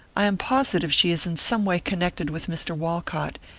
i am positive she is in some way connected with mr. walcott,